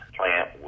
plant